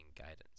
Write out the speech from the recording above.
guidance